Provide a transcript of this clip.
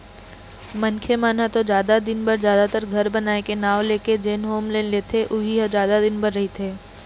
मनखे मन ह तो जादा दिन बर जादातर घर बनाए के नांव लेके जेन होम लोन लेथे उही ह जादा दिन बर रहिथे